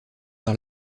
par